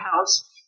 house